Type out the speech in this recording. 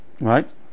right